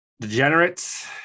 degenerates